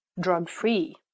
drug-free